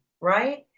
right